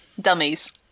Dummies